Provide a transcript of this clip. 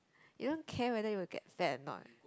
you don't care whether you will get fat or not